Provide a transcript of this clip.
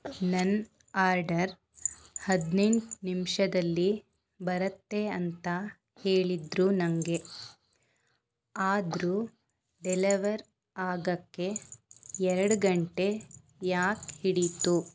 ನನ್ನ ಆರ್ಡರ್ ಹದ್ನೆಂಟು ನಿಮಿಷದಲ್ಲಿ ಬರುತ್ತೆ ಅಂತ ಹೇಳಿದರು ನನಗೆ ಆದರೂ ಡೆಲೆವರ್ ಆಗೋಕ್ಕೆ ಎರಡು ಗಂಟೆ ಯಾಕೆ ಹಿಡೀತು